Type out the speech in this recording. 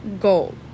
goal